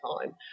time